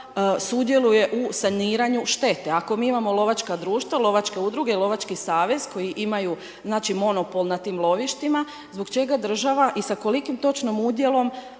sudjeluje u saniranju šteta ako mi imamo lovaka društva, lovačke udruge i lovački savez koji imaju znači monopol nad tim lovištima, zbog čega država i sa kolikim točnom udjelom